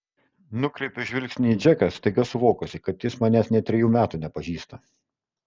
nukreipiu žvilgsnį į džeką staiga suvokusi kad jis manęs nė trejų metų nepažįsta